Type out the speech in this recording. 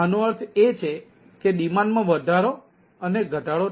આનો અર્થ એ છે કે પછી ડિમાન્ડમાં વધારો અને ઘટાડો થઈ શકે છે